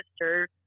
sister